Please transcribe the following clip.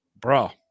bro